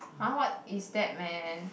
(huh) what is that man